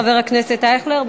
חבר הכנסת אייכלר.